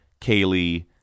Kaylee